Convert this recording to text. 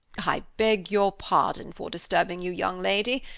i beg your pardon for disturbing you, young lady.